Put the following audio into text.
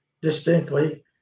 distinctly